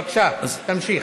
בבקשה, תמשיך.